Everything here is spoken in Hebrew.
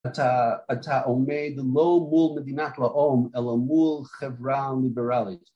אתה עומד לא מול מדינת לאום אלא מול חברה ליברלית